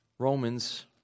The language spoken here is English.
Romans